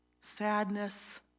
sadness